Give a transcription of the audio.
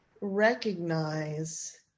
recognize